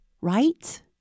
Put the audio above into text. right